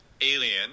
alien